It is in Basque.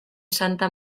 santa